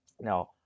now